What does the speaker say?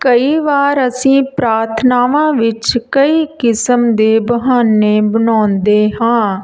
ਕਈ ਵਾਰ ਅਸੀਂ ਪ੍ਰਾਰਥਨਾਵਾਂ ਵਿੱਚ ਕਈ ਕਿਸਮ ਦੇ ਬਹਾਨੇ ਬਣਾਉਂਦੇ ਹਾਂ